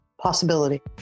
Possibility